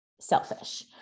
selfish